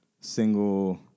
single